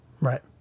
Right